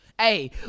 Hey